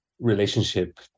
relationship